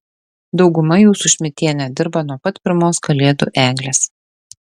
dauguma jų su šmidtiene dirba nuo pat pirmos kalėdų eglės